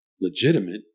legitimate